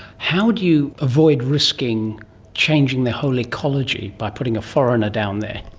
how do you avoid risking changing the whole ecology by putting a foreigner down there?